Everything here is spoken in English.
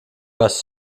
bus